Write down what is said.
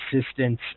assistance